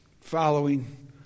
following